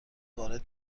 وارد